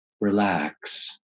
Relax